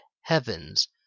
heavens